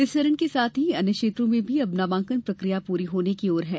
इस चरण के साथ ही अन्य क्षेत्रों में भी अब नामांकन प्रक्रिया पूरी होने की ओर है